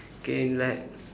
K like